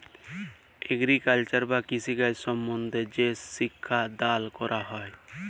agriculture বা কৃষিকাজ সম্বন্ধে যে শিক্ষা দাল ক্যরা হ্যয়